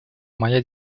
моя